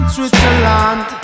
Switzerland